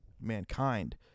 mankind